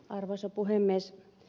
arvoisa puhemies